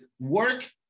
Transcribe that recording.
Work